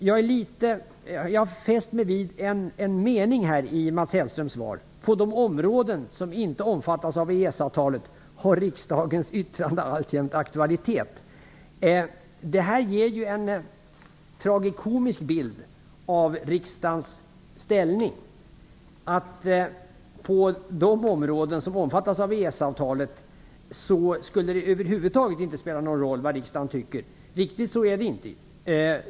Jag har fäst mig vid en mening i Mats Hellströms svar: "På de områden som inte omfattas av EES avtalet har riksdagens yttrande alltjämt aktualitet." Det ger ju en tragikomisk bild av riksdagens ställning. På de områden som omfattas av EES-avtalet skulle det alltså över huvud taget inte spela någon roll vad riksdagen tycker. Riktigt så är det inte.